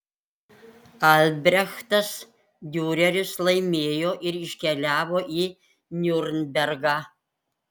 albrechtas diureris laimėjo ir iškeliavo į niurnbergą